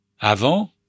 Avant